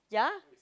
ya